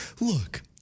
Look